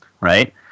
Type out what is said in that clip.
right